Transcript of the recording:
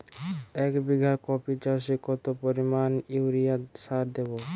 এক বিঘা কপি চাষে কত পরিমাণ ইউরিয়া সার দেবো?